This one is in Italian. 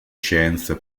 scienze